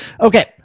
okay